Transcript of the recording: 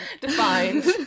Defined